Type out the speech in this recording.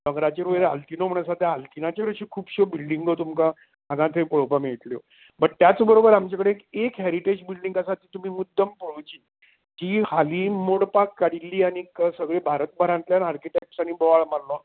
दोंगराचे वयर आल्तीन म्हूण आसा त्या आल्तीनाचेर अश्यो खुबश्यो बिल्डींगो तुमकां हांगा थंय पळोवपा मेळटल्यो तर त्याच बरोबर आमचे कडेन एक हॅरिटेज बिल्डींग आसा ती तुमी मुद्दम पळोवची तीं हालीं मोडपाक काडिल्ली आनी सगळे भारत भरांतल्यान आर्किटेक्चरानी बोवाळ मारलो